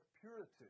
purity